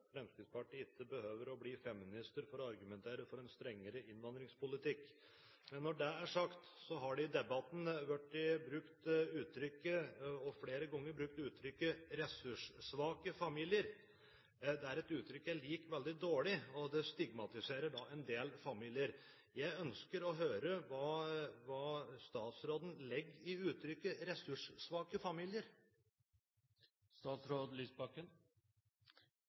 Fremskrittspartiet ikke behøver å bli feminister for å argumentere for en strengere innvandringspolitikk. Men når det er sagt, har uttrykket «ressurssvake familier» blitt brukt flere ganger i debatten. Det er et uttrykk jeg liker veldig dårlig, og det stigmatiserer en del familier. Jeg ønsker å høre hva statsråden legger i uttrykket «ressurssvake familier»?